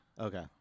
Okay